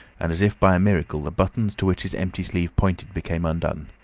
and as if by a miracle the buttons to which his empty sleeve pointed became undone.